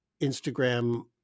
Instagram